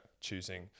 choosing